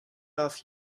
off